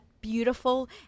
beautiful